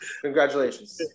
Congratulations